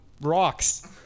rocks